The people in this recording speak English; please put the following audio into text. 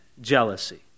jealousy